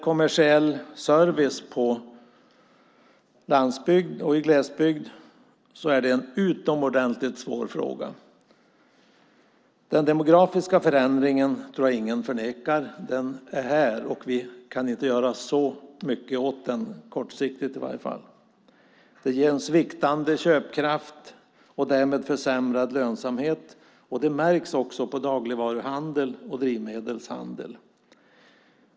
Kommersiell service på landsbygd och i glesbygd är en utomordentligt svår fråga. Den demografiska förändringen är här, och vi kan inte göra så mycket åt den, i varje fall inte kortsiktigt. Det ger en sviktande köpkraft och därmed försämrad lönsamhet, och det märks på dagligvaruhandel och drivmedelshandel.